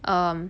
um